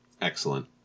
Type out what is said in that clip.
Excellent